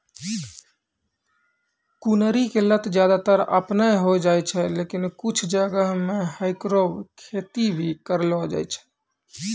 कुनरी के लत ज्यादातर आपनै होय जाय छै, लेकिन कुछ जगह मॅ हैकरो खेती भी करलो जाय छै